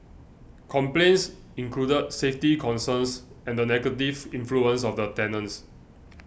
complaints included safety concerns and the negative influence of the tenants